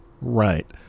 Right